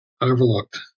overlooked